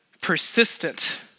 persistent